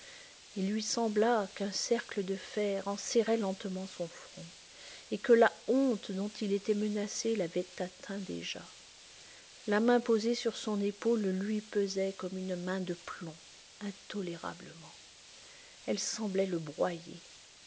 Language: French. il lui sembla qu'un cercle de fer enserrait lentement son front et que la honte dont il était menacé l'avait atteint déjà la main posée sur son épaule lui pesait comme une main de plomb intolérablement elle semblait le broyer